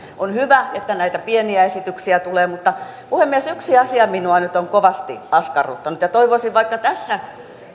on hyvä että näitä pieniä esityksiä tulee mutta puhemies yksi asia minua nyt on kovasti askarruttanut ja toivoisin vaikka tässä